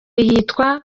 yitwa